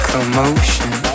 Commotion